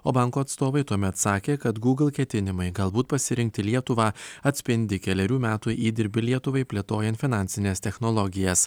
o banko atstovai tuomet sakė kad google ketinimai galbūt pasirinkti lietuvą atspindi kelerių metų įdirbį lietuvai plėtojant finansines technologijas